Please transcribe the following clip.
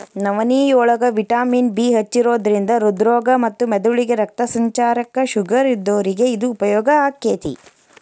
ನವನಿಯೋಳಗ vitamin B ಹೆಚ್ಚಿರೋದ್ರಿಂದ ಹೃದ್ರೋಗ ಮತ್ತ ಮೆದಳಿಗೆ ರಕ್ತ ಸಂಚಾರಕ್ಕ, ಶುಗರ್ ಇದ್ದೋರಿಗೆ ಇದು ಉಪಯೋಗ ಆಕ್ಕೆತಿ